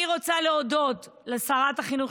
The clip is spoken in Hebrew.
אני רוצה להודות לשרת החינוך,